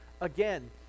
again